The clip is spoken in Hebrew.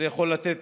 יכול לתת